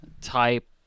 type